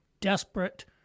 desperate